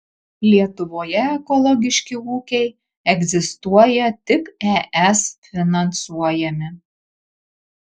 lietuvoje ekologiški ūkiai egzistuoja tik es finansuojami